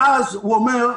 ואז הוא אומר: